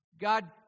God